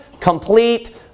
complete